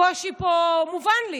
הקושי פה מובן לי.